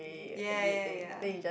ya ya ya